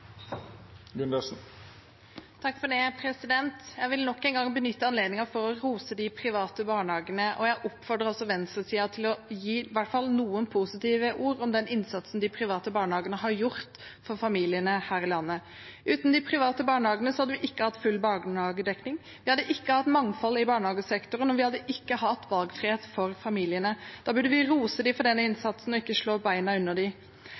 på Stortinget det samme? Jeg vil nok en gang benytte anledningen til å rose de private barnehagene, og jeg oppfordrer også venstresiden til å si i hvert fall noen positive ord om den innsatsen de private barnehagene har gjort for familiene her i landet. Uten de private barnehagene hadde vi ikke hatt full barnehagedekning, vi hadde ikke hatt mangfold i barnehagesektoren, og vi hadde ikke hatt valgfrihet for familiene. Da burde vi rose dem for den innsatsen og ikke slå bena under dem. Foreldrene er faktisk fornøyde med de